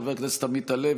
חבר הכנסת עמית הלוי,